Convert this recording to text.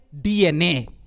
DNA